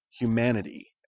humanity